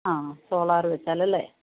ആ ആ സോളാറ് വച്ചാൽ അല്ലേ